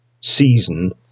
season